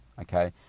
okay